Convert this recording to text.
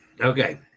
Okay